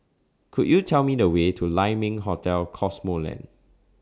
Could YOU Tell Me The Way to Lai Ming Hotel Cosmoland